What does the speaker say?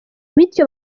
bityo